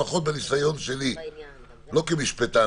לפחות בניסיון שלי לא כמשפטן,